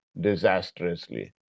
disastrously